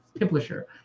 Publisher